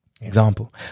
example